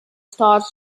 stars